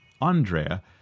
Andrea